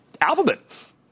Alphabet